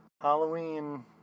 Halloween